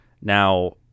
Now